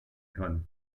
kann